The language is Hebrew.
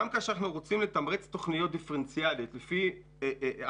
גם כאשר אנחנו רוצים לתמרץ תוכניות דיפרנציאלית לפי הכנסה,